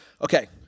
Okay